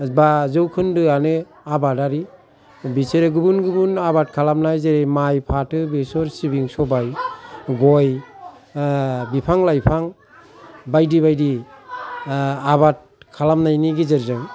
बा जौखोन्दोआनो आबादारि बिसोरो गुबुन गुबुन आबाद खालामनाय जेरै माइ फाथो बेसर सिबिं सबाय गय बिफां लायफां बायदि बायदि आबाद खालामनायनि गेजेरजों